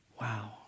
Wow